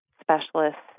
specialists